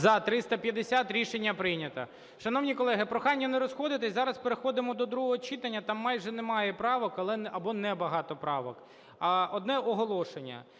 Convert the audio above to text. За – 350 Рішення прийнято. Шановні колеги, прохання не розходитися, зараз переходимо до другого читання, там майже немає правок або небагато правок. Одне оголошення.